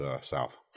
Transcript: south